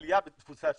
עלייה בדפוסי השימוש,